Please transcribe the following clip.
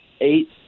eight